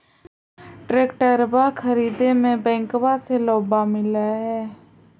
ट्रैक्टरबा खरीदे मे बैंकबा से लोंबा मिल है?